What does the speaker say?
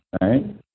right